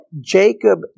Jacob